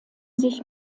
sich